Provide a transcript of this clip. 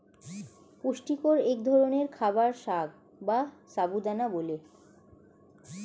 পুষ্টিকর এক ধরনের খাবার সাগু বা সাবু দানা বলে